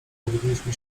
powinniśmy